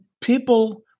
people